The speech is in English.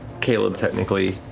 caleb technically,